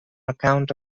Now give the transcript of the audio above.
account